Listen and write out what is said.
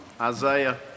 Isaiah